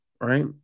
right